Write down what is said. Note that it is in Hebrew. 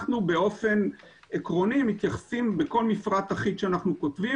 אנחנו באופן עקרוני מתייחסים בכל מפרט אחיד שאנחנו כותבים,